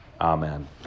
Amen